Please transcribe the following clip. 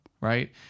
right